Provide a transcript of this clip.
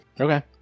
Okay